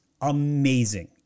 Amazing